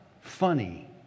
funny